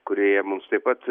kurioje mums taip pat